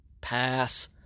Pass